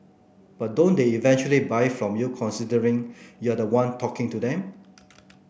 but don't they eventually buy from you considering you're the one talking to them